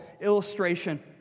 illustration